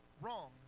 wrong